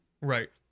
Right